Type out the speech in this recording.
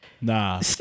Nah